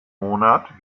monat